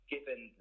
given